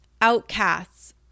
outcasts